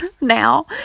now